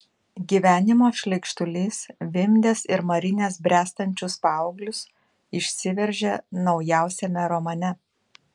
gyvenimo šleikštulys vimdęs ir marinęs bręstančius paauglius išsiveržė naujausiame romane